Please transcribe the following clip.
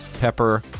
pepper